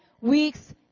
weeks